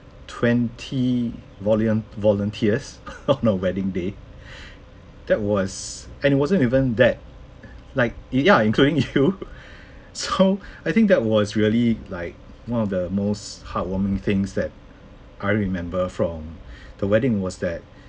twenty volun~ volunteers on our wedding day that was and wasn't even that like ya including you so I think that was really like one of the most heartwarming things that I remember from the wedding was that